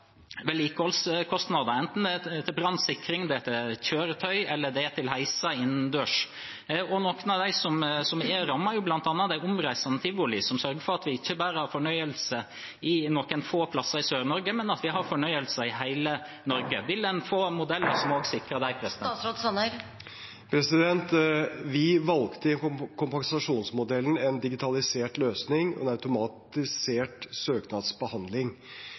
er rammet, er bl.a. omreisende tivoli, som sørger for at vi ikke bare har fornøyelse på noen få steder i Sør-Norge, men at vi har fornøyelse i hele Norge. Vil en få en modell som også sikrer dem? Vi valgte i kompensasjonsmodellen en digitalisert løsning, en automatisert søknadsbehandling.